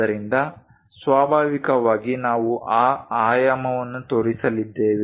ಆದ್ದರಿಂದ ಸ್ವಾಭಾವಿಕವಾಗಿ ನಾವು ಆ ಆಯಾಮವನ್ನು ತೋರಿಸಲಿದ್ದೇವೆ